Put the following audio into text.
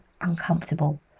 Uncomfortable